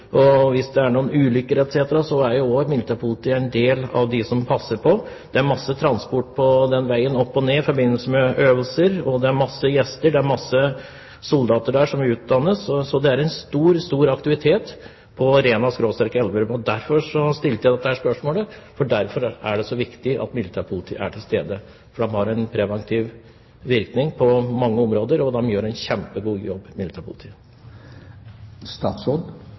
Hvis det oppstår ulykker etc., skal også militærpolitiet passe på. Det er masse transport på veiene i forbindelse med øvelser. Det er mange gjester, og det er mange soldater som utdannes der, så det er en stor aktivitet på Rena/Elverum. Derfor stilte jeg dette spørsmålet. For det er viktig at militærpolitiet er til stede. Det har en preventiv virkning på mange områder. Militærpolitiet gjør en kjempegod jobb.